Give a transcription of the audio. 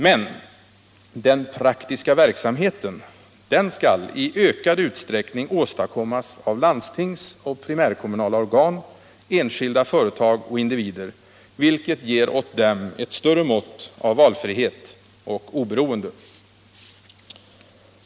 Men den praktiska verksamheten skall i ökad utsträckning åstadkommas av landstingsoch primärkommunala organ, enskilda företag och individer, vilket ger åt dem ett större mått av valfrihet och oberoende.